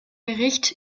bericht